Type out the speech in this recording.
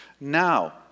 Now